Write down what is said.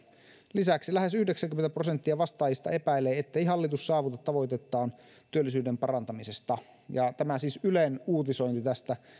lisäksi lähes yhdeksänkymmentä prosenttia vastaajista epäilee ettei hallitus saavuta tavoitettaan työllisyyden parantamisesta ja tämä siis ylen uutisointi tästä